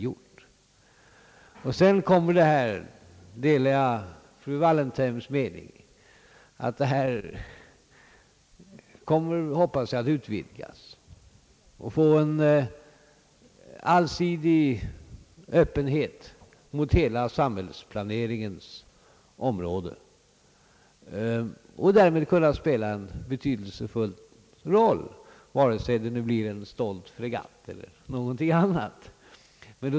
Jag delar fru Wallentheims förhoppning att detta institut skall kunna utvidgas och få en allsidig öppenhet mot hela samhällsplaneringens område och därmed kunna spela en betydelsefull roll vare sig det blir en stolt fregatt eller något annat.